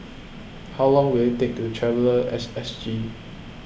how long will it take to walk to Traveller at SG